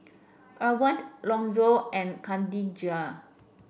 Erwined Lonzo and Kadijah